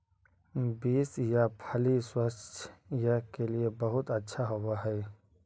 beans या फली स्वास्थ्य के लिए बहुत अच्छा होवअ हई